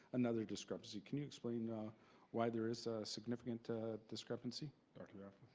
another discrepancy. can you explain why there is a significant discrepancy?